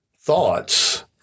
thoughts